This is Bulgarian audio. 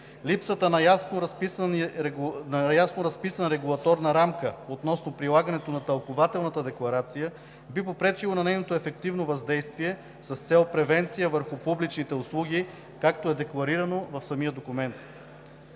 Липсата на ясно разписана регулаторна рамка относно прилагането на тълкувателната декларация би попречило на нейното ефективно въздействие с цел превенция върху публичните услуги, както е декларирано в самия документ.